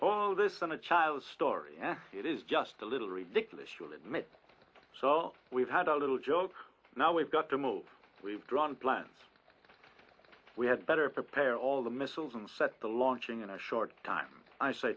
oh this isn't a child's story it is just a little ridiculous you'll admit so we've had a little joke now we've got to move we've drawn plans we had better prepare all the missiles and set the launching in a short time i say